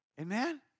Amen